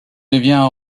devient